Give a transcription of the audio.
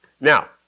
Now